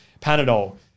panadol